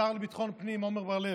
השר לביטחון פנים עמר בר לב,